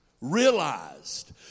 realized